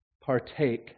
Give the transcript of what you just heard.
partake